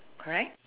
correct